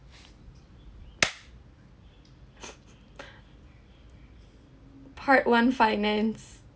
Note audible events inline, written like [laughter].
[laughs] [breath] part one finance